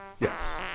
Yes